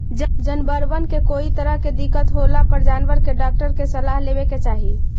जनबरबन के कोई तरह के दिक्कत होला पर जानबर के डाक्टर के सलाह लेबे के चाहि